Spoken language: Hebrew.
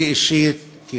לי אישית, כי